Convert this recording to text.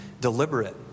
deliberate